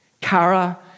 Kara